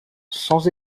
sans